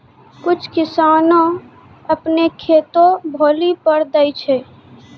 कुछ किसाने अपनो खेतो भौली पर दै छै